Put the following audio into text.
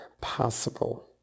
possible